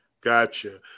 gotcha